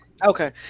Okay